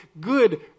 good